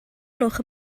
gloch